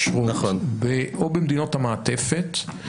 או במדינות המעטפת,